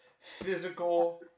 physical